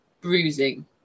bruising